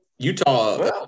Utah